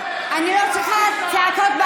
חברי הכנסת,